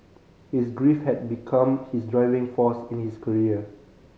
his grief had become his driving force in his career